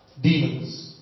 demons